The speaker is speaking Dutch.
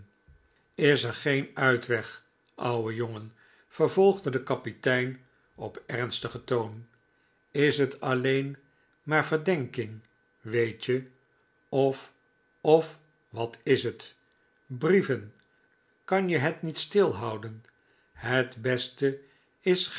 is er geen uitweg ouwe jongen vervolgde de kapitein op ernstigen toon is het alleen maar verdenking weet je of of wat is het brieven kan je het niet stil houden het beste is